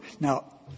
Now